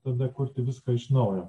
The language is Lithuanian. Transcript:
tada kurti viską iš naujo